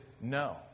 no